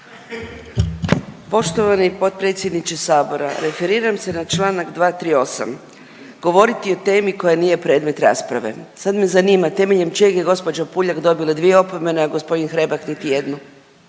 Poštovani potpredsjedniče Sabora, referiram se na članak 238. Govoriti o temi koja nije predmet rasprave. Sad me zanima temeljem čeg je gospođa Puljak dobila dvije opomene, a gospodin Hrebak niti jednu?